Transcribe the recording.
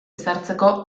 ezartzeko